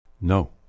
No